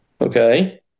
Okay